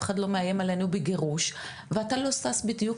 אחד לא מאיים עלינו בגירוש ואתה לא שש בדיוק,